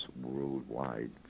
worldwide